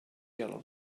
yellow